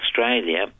australia